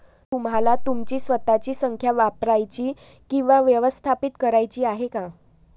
तुम्हाला तुमची स्वतःची संख्या वापरायची किंवा व्यवस्थापित करायची आहे का?